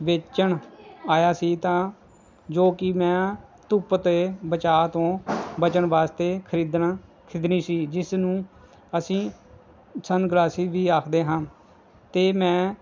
ਵੇਚਣ ਆਇਆ ਸੀ ਤਾਂ ਜੋ ਕਿ ਮੈਂ ਧੁੱਪ ਤੋਂ ਬਚਾ ਤੋਂ ਬਚਣ ਵਾਸਤੇ ਖਰੀਦਣਾ ਖਰੀਦਣੀ ਸੀ ਜਿਸ ਨੂੰ ਅਸੀਂ ਸਨ ਗਲਾਸੀਸ ਵੀ ਆਖਦੇ ਹਾਂ ਅਤੇ ਮੈਂ